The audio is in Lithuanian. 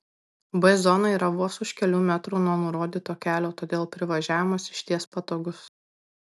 b zona yra vos už kelių metrų nuo nurodyto kelio todėl privažiavimas išties patogus